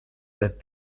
that